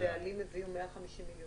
הבעלים הביאו 150 מיליון שקל?